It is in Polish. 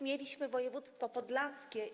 Mieliśmy województwo podlaskie.